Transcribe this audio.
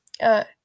Uh